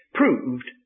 proved